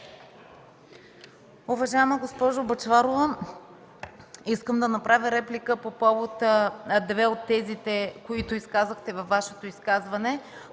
Уважаема госпожо Бъчварова, искам да направя реплика по повод две от тезите, които изказахте – че по този